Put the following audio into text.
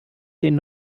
den